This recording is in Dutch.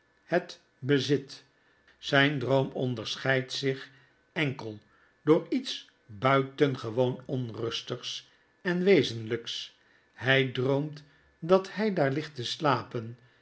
het bezit zijn droom onderscheidt zich enkel door iets buitengewoon onfustigs en wezenlijks hij droomt dat hij daar ligt te slapen